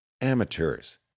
amateurs